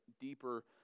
deeper